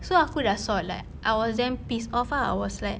so aku sudah sot like I was damn pissed off lah I was like